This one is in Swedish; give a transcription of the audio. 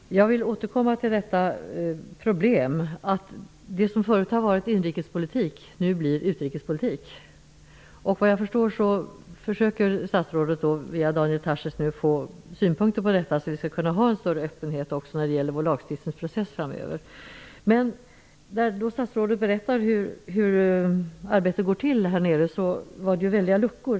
Herr talman! Jag vill återkomma till ett problem. Det som förut varit inrikespolitik blir nu utrikespolitik. Såvitt jag förstår försöker statsrådet via Daniel Tarschys få synpunkter på detta. Vi skall tydligen kunna ha en större öppenhet även när det gäller vår lagstiftningsprocess framöver. Men när statsrådet berättar hur arbetet går till föreligger väldiga luckor.